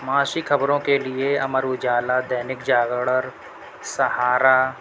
معاشی خبروں کے لئے امر اجالا دینک جاگرڑ سہارا